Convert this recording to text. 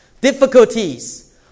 difficulties